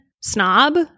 snob